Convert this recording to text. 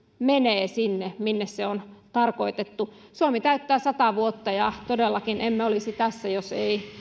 menee sinne minne se on tarkoitettu suomi täyttää sata vuotta ja todellakaan emme olisi tässä